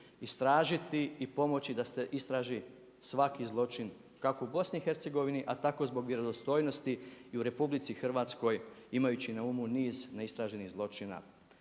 istražiti i pomoći da se istraži svaki zločin kako u BIH a tako zbog vjerodostojnosti i u RH imajući na umu niz neistraženih zločina